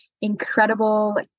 incredible